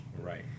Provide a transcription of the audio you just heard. Right